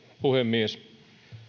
puhemies